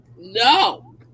No